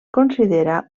considera